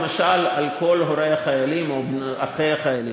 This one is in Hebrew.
למשל על כל הורי החיילים או אחי החיילים.